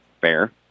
Fair